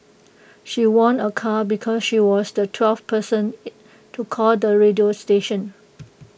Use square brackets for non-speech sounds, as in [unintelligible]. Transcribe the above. she won A car because she was the twelfth person [unintelligible] to call the radio station